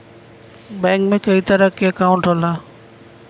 bank में कई तरे क अंकाउट होला